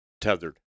Tethered